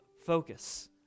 focus